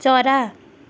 चरा